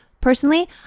Personally